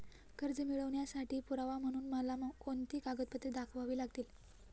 कर्ज मिळवण्यासाठी पुरावा म्हणून मला कोणती कागदपत्रे दाखवावी लागतील?